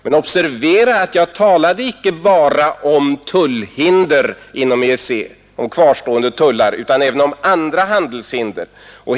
Men observera att jag talade icke bara om tullhinder och kvarstående tullar inom EEC utan även om andra handelshinder.